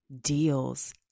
deals